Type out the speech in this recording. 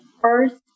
first